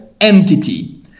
entity